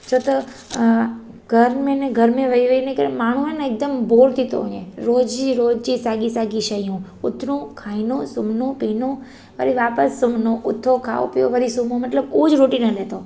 छो त घर में ने घर में वेई वेई ने करे माण्हू आहे न हिकदमि बोर थी थो वञे रोज़ जी रोज़ जी साॻी साॻी शयूं उथणु खाइणो सुम्हणो पीअणो वरी वापसि सुम्हणो उथो खाओ पीओ वरी सुम्हो मतलबु उहो ई रुटीन हले थो